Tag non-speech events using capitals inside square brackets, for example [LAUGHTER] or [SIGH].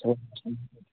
[UNINTELLIGIBLE]